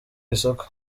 isoko